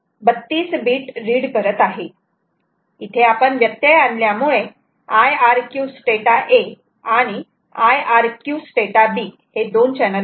इथे आपण व्यत्यय आणल्यामुळे IRQ स्टेटा A आणि IRQ स्टेटा B हे दोन चॅनल आहेत